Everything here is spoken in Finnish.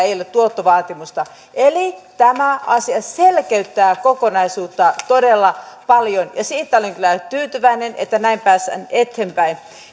ei ole tuottovaatimusta eli tämä asia selkeyttää kokonaisuutta todella paljon ja siitä olen kyllä tyytyväinen että näin päästään eteenpäin